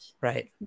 Right